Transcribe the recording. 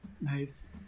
Nice